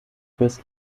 fürs